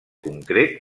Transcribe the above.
concret